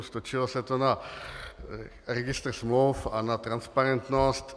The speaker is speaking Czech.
Stočilo se to na registr smluv a transparentnost.